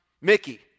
Mickey